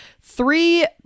three